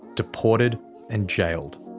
deported and jailed.